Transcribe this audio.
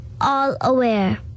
all-aware